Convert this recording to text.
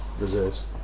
reserves